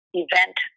event